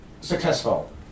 successful